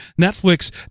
Netflix